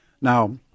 Now